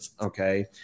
okay